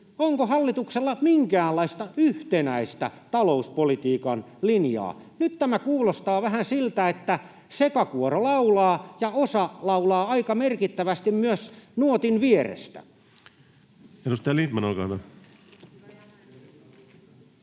onko hallituksella minkäänlaista yhtenäistä talouspolitiikan linjaa. Nyt tämä kuulostaa vähän siltä, että sekakuoro laulaa ja osa laulaa aika merkittävästi myös nuotin vierestä. Edustaja Lindtman, olkaa hyvä.